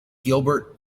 gilbert